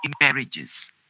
marriages